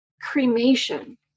cremation